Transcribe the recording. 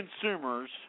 consumers